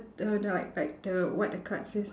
the the like like the what the card says